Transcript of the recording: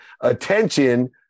Attention